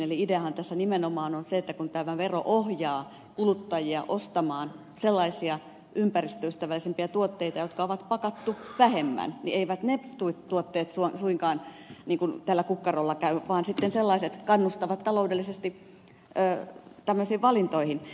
eli ideahan tässä nimenomaan on se että kun tämä vero ohjaa kuluttajia ostamaan sellaisia ympäristöystävällisempiä tuotteita jotka ovat vähemmän pakattuja niin eivät ne tuotteet suinkaan tällä kukkarolla käy vaan sellaiset kannustavat taloudellisesti tämmöisiin valintoihin